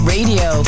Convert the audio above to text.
Radio